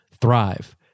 thrive